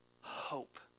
hope